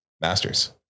Masters